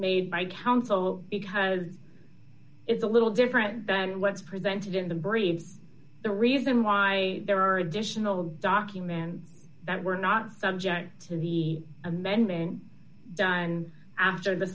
made by counsel because it's a little different than what's presented in the brain the reason why there are additional documents that were not subject to the amendment after the